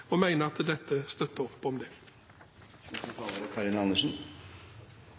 og human, og vi mener at dette støtter opp om det.